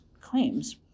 claims